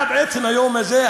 עד עצם היום הזה,